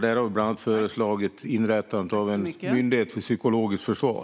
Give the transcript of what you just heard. Där har vi bland annat föreslagit inrättandet av en myndighet för psykologiskt försvar.